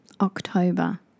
October